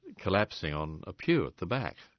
collapsing on a pew at the back.